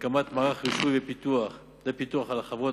הקמת מערך רישוי לפיקוח על החברות